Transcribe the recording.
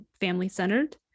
family-centered